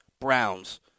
Browns